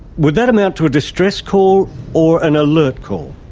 would that amount to a distress call or an alert call?